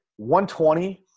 120